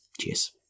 Cheers